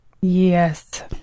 Yes